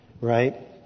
right